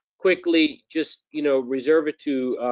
quickly just you know reserve it to